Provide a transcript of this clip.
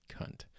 cunt